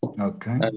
Okay